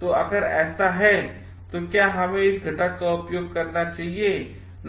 तो अगर ऐसा है तो क्या हमें इस घटक का उपयोग करना चाहिए